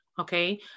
Okay